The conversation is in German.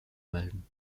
melden